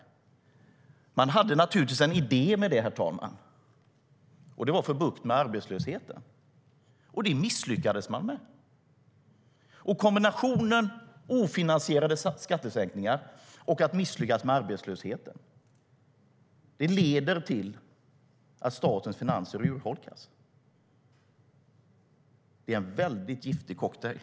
Man hade naturligtvis en idé med det, herr talman. Det var att få bukt med arbetslösheten. Det misslyckades man med. Kombinationen ofinansierade skattesänkningar och ett misslyckande med arbetslösheten leder till att statens finanser urholkas. Det är en väldigt giftig cocktail.